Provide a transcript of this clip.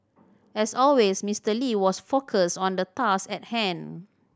as always Mister Lee was focused on the task at hand